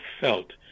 felt